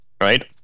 right